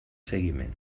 seguiment